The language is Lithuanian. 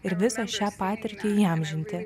ir visą šią patirtį įamžinti